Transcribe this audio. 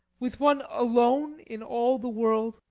with one alone in all the world?